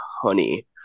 honey